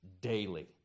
daily